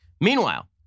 Meanwhile